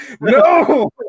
no